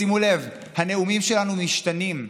שימו לב, הנאומים שלנו משתנים.